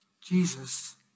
Jesus